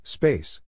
Space